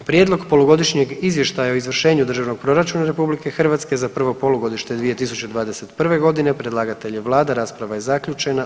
Prijedlog polugodišnjeg izvještaja o izvršenju državnog proračuna RH za prvo polugodište 2021. g., predlagatelj je Vlada RH, rasprava je zaključena.